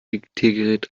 diktiergerät